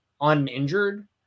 uninjured